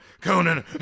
Conan